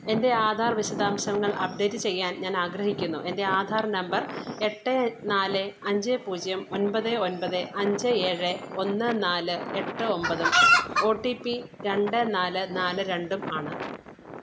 എൻ്റെ ആധാർ വിശദാംശങ്ങൾ അപ്ഡേറ്റ് ചെയ്യാൻ ഞാൻ ആഗ്രഹിക്കുന്നു എൻ്റെ ആധാർ നമ്പർ എട്ട് നാല് അഞ്ച് പൂജ്യം ഒമ്പത് ഒമ്പത് അഞ്ച് ഏഴ് ഒന്ന് നാല് എട്ട് ഒമ്പതും ഒ ടി പി രണ്ട് നാല് നാല് രണ്ടും ആണ്